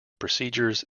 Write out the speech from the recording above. procedures